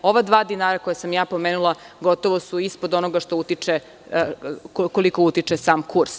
Ova dva dinara koja sam ja pomenula gotovo su ispod onoga koliko utiče sam kurs.